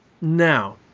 Now